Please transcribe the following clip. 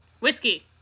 whiskey